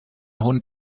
hund